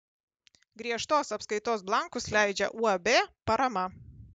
griežtos apskaitos blankus leidžia uab parama